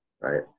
right